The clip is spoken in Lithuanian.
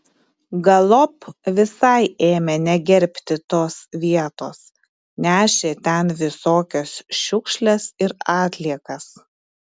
galop visai ėmė negerbti tos vietos nešė ten visokias šiukšles ir atliekas